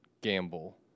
gamble